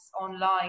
online